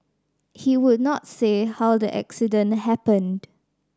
he would not say how the accident happened